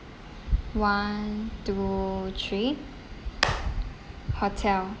one two three hotel